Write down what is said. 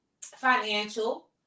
financial